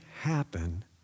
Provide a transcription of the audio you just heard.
happen